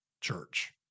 church